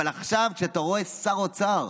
אבל עכשיו כשאתה רואה שר אוצר,